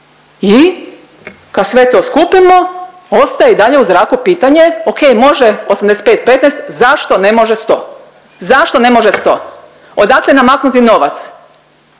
i kad sve to skupimo ostaje i dalje u zraku pitanje okej, može 85-15, zašto ne može 100, zašto ne može 100, odakle namaknuti novac?